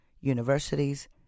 universities